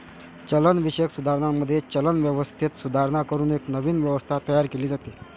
चलनविषयक सुधारणांमध्ये, चलन व्यवस्थेत सुधारणा करून एक नवीन व्यवस्था तयार केली जाते